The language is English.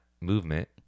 movement